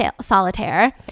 solitaire